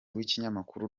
w’ikinyamakuru